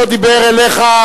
הוא לא דיבר אליך,